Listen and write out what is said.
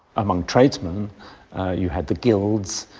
among tradesmen you had the guilds,